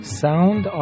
sound